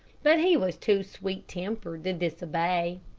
but he was too sweet-tempered to disobey.